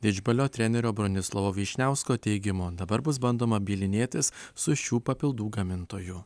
didžbalio trenerio bronislovo vyšniausko teigimu dabar bus bandoma bylinėtis su šių papildų gamintoju